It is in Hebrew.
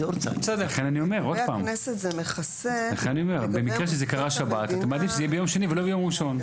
במקרה שזה קרה שבת אתה מעדיף שזה יהיה ביום שני ולא ביום ראשון.